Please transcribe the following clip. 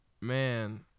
Man